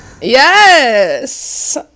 Yes